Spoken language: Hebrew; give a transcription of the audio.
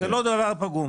זה לא דבר פגום.